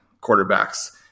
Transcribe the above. quarterbacks